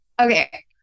Okay